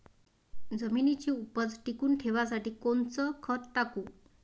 जमिनीची उपज टिकून ठेवासाठी कोनचं खत टाकू?